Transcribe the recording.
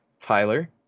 Tyler